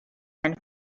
and